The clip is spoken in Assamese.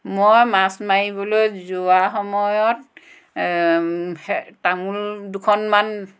মই মাছ মাৰিবলৈ যোৱা সময়ত তামোল দুখনমান